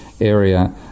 area